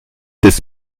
des